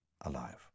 alive